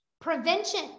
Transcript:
Prevention